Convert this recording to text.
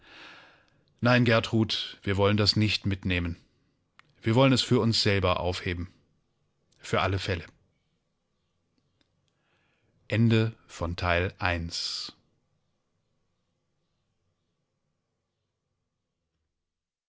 nein gertrud wir wollen das nicht mitnehmen wir wollen es für uns selber aufheben für alle fälle